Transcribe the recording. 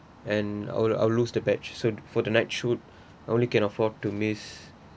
and I'll I'll lose the batch so for the night shoot I only can afford to miss